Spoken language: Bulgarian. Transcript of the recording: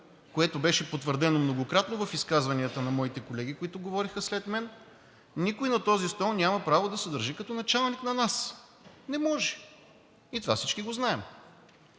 което беше потвърдено многократно в изказванията на моите колеги, които говориха след мен. Никой на този стол няма право да се държи с нас като началник. Не може и това всички го знаем.